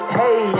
hey